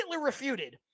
refuted